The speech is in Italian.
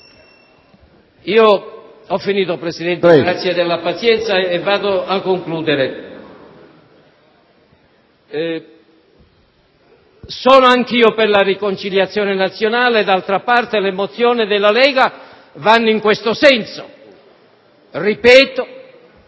signor Presidente, grazie della pazienza, vado a concludere. Sono anch'io per la riconciliazione nazionale. D'altra parte, le mozioni della Lega vanno in questo senso. Ripeto,